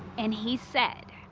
and he said,